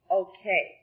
okay